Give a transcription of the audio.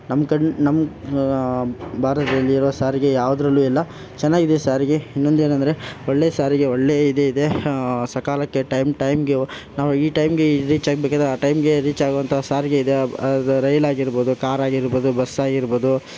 ನಮ್ಮ ಕಡೆ ನಮ್ಮ ಭಾರತದಲ್ಲಿರೋ ಸಾರಿಗೆ ಯಾವುದ್ರಲ್ಲೂ ಇಲ್ಲ ಚೆನ್ನಾಗಿದೆ ಸಾರಿಗೆ ಇನ್ನೊಂದೇನಂದರೆ ಒಳ್ಳೆ ಸಾರಿಗೆ ಒಳ್ಳೆ ಇದಿದೆ ಸಕಾಲಕ್ಕೆ ಟೈಮ್ ಟೈಮ್ಗೆ ನಾವು ಈ ಟೈಮ್ಗೆ ರೀಚ್ ಆಗ್ಬೇಕಿದೆ ಆ ಟೈಮ್ಗೆ ರೀಚ್ ಆಗೋವಂಥ ಸಾರಿಗೆ ಇದೆ ಅದು ರೈಲ್ ಆಗಿರ್ಬೋದು ಕಾರ್ ಆಗಿರ್ಬೋದು ಬಸ್ ಆಗಿರ್ಬೋದು